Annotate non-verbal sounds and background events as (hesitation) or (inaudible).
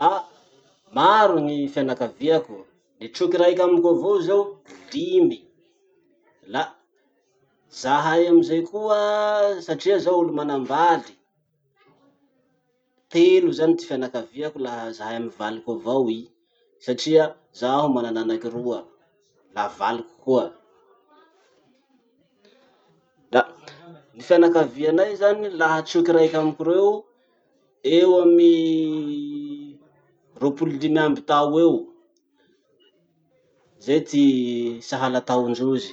Ah maro gny fianakaviako. Gny troky raiky amiko avao zao limy. La zahay amizay koa, satria zaho olo manambaly. Telo zany ty fianakaviako laha zahay amy valiko avao i satria zaho manan'anaky roa, la valiko koa. (hesitation) La ty fianakavianay zany laha troky raiky amiko reo, eo amin'ny roapolo limy amby tao eo. (hesitation) Zay ty sahala taondrozy.